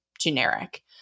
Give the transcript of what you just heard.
generic